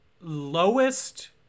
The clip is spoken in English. lowest